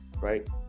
right